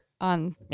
on